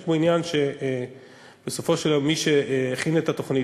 יש פה עניין שבסופו של יום מי שהכין את התוכנית,